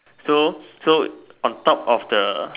so so on top of the